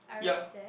yeah